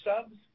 subs